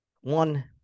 One